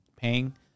paying